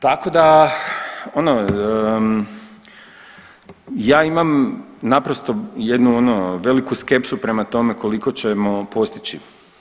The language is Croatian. Tako da, ono ja imam naprosto jednu ono veliku skepsu prema tome koliko ćemo postići.